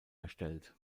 erstellt